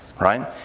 right